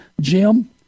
Jim